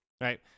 Right